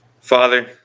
father